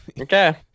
Okay